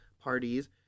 parties